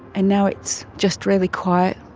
and now it's just really quiet.